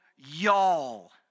y'all